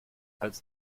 als